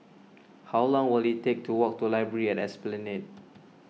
how long will it take to walk to Library at Esplanade